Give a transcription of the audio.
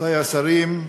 רבותי השרים,